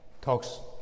talks